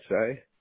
say